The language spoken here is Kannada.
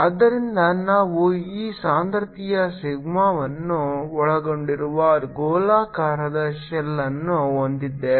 ಆದ್ದರಿಂದ ನಾವು ಈ ಸಾಂದ್ರತೆಯ ಸಿಗ್ಮಾವನ್ನು ಒಳಗೊಂಡಿರುವ ಗೋಳಾಕಾರದ ಶೆಲ್ ಅನ್ನು ಹೊಂದಿದ್ದೇವೆ